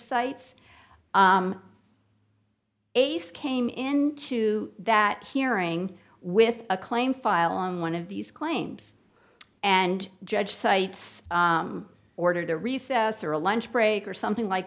cites ace came into that hearing with a claim file on one of these claims and judge cites order to recess or a lunch break or something like